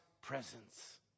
presence